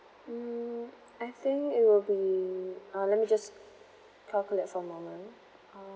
um I think it will be uh let me just calculate for a moment uh